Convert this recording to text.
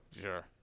sure